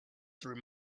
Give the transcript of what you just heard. through